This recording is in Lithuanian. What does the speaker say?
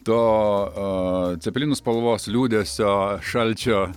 to cepelinų spalvos liūdesio šalčio